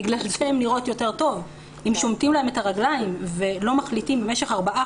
אם שומטים להן את הרגליים ולא מחליטים במשך ארבעה